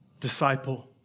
disciple